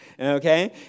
Okay